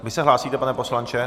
Vy se hlásíte, pane poslanče?